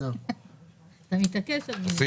הצבעה אושר.